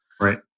Right